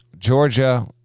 Georgia